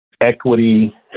equity